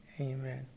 Amen